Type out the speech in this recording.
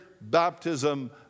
baptism